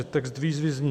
Text výzvy zní: